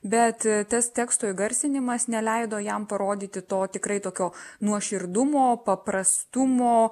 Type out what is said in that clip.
bet tas teksto įgarsinimas neleido jam parodyti to tikrai tokio nuoširdumo paprastumo